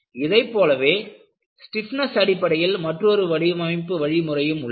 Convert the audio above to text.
இதைப் போலவே ஸ்டிப்னஸ் அடிப்படையில் மற்றொரு வடிவமைப்பு வழிமுறையும் உள்ளது